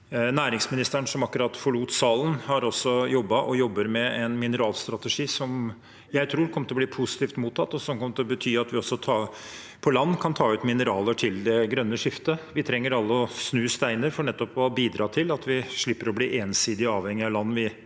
Næringsministeren, som akkurat forlot salen, har også jobbet og jobber med en mineralstrategi som jeg tror kommer til å bli positivt mottatt, og som kommer til å bety at vi også på land kan ta ut mineraler til det grønne skiftet. Vi trenger å snu alle steiner for å bidra til at vi slipper å bli ensidig avhengig av land vi